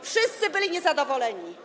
Wszyscy byli niezadowoleni.